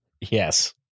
Yes